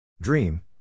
Dream